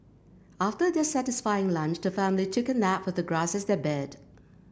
after their satisfying lunch the family took a nap with the grass as their bed